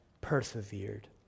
persevered